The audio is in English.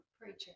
preacher